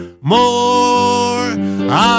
more (